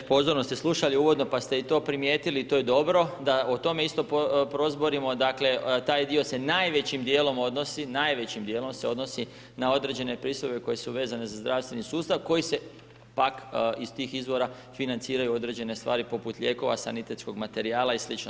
Pozorno ste slušali uvodno, pa ste i to primijetili, to je dobro da o tome isto prozborimo, dakle, taj dio se najvećim dijelom odnosi, najvećim dijelom se odnosi na određene pristojbe koje su vezane za zdravstveni sustav koji se, pak iz tih izvora financiraju određene stvari poput lijekova, sanitetskog materijala i slično.